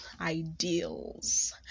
ideals